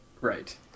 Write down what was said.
Right